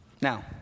Now